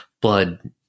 blood